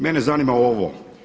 Mene zanima ovo.